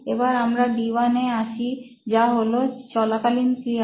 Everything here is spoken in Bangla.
এবার আমরা D1 এ আসি যা হলো চলাকালীন ক্রিয়া